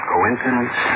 Coincidence